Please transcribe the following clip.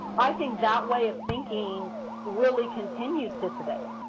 i think that way of thinking really continues too today.